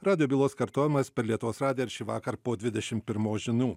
radijo bylos kartojimas per lietuvos radiją ir šįvakar po dvidešim pirmos žinių